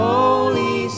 Holy